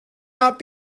not